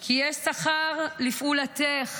כי יש שכר לפעולתך